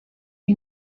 iyi